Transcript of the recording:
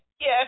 yes